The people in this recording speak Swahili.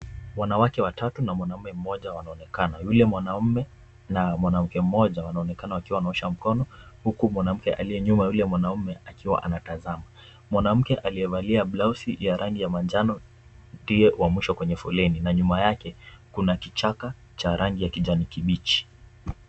Wanawake watatu na mwanamume mmoja wanaonekana. Yule mwanaume na mwanamke mmoja wanaonekana wakiwa wanaosha mkono, huku mwanamke aliye nyuma yule mwanaume akiwa anatazama. Mwanamke aliyevalia blausi ya rangi ya manjano ndiye wa mwisho kwenye foleni, na nyuma yake kuna kichaka cha rangi ya kijani kibichi.